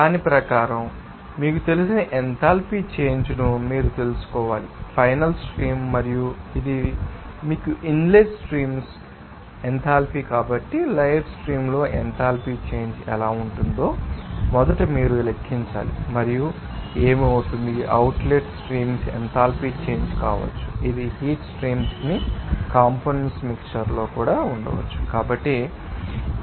కాబట్టి దాని ప్రకారం మీకు తెలిసిన ఎథాల్పీ చేంజ్ ను మీరు తెలుసుకోవాలి ఫైనల్ స్ట్రీమ్ మరియు ఇది మీకు ఇన్లెట్ స్ట్రీమ్స్ తెలుసు ఎంథాల్పీ కాబట్టి లైవ్ స్ట్రీమ్ లో ఎంథాల్పీ చేంజ్ ఎలా ఉంటుందో మొదట మీరు లెక్కించాలి మరియు ఏమి అవుతుంది అవుట్లెట్ స్ట్రీమ్స్ ఎంథాల్పీల చేంజ్ కావచ్చు ఇది హీట్ స్ట్రీమ్స్ ని కంపోనెంట్స్ మిక్శ్చర్ లో కూడా ఉండవచ్చు